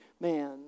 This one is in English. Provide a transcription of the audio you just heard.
man